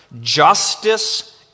justice